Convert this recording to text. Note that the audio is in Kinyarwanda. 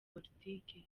politiki